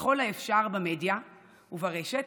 ככל האפשר במדיה וברשת,